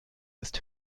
ist